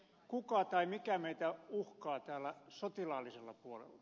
kuka tai mikä meitä uhkaa täällä sotilaallisella puolella